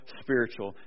spiritual